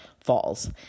falls